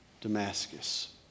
Damascus